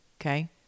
Okay